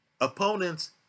Opponents